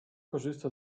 korzysta